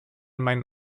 meinen